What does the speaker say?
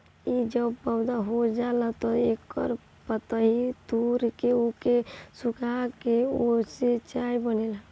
इ जब पौधा हो जाला तअ एकर पतइ तूर के ओके सुखा के ओसे चाय बनेला